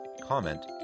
comment